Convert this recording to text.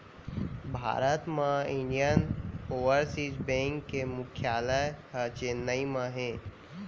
भारत म Indian overseas bank के मुख्यालय ह चेन्नई म हे